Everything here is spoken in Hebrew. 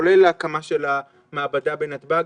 כולל הקמת המעבדה בנתב"ג.